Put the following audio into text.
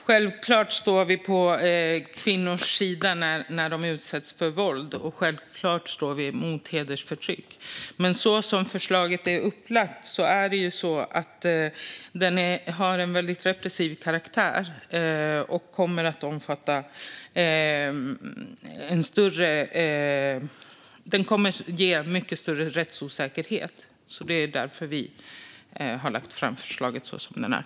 Fru talman! Självklart står vi på kvinnors sida när de utsätts för våld, och självklart står vi upp mot hedersförtryck. Men som förslaget är upplagt har det en väldigt repressiv karaktär, och det kommer att ge mycket större rättsosäkerhet. Det är därför vi har lagt fram vårt förslag så som det är.